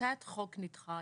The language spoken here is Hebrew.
למתי החוק נדחה?